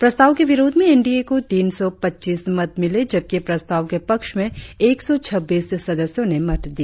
प्रत्साव के विरोध में एनडीए को तीन सौ पचीस मत मिले जबकि प्रस्ताव के पक्ष में एक सौ छबीस सदस्यों ने मत दिया